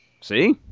See